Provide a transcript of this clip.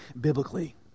biblically